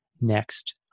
next